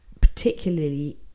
particularly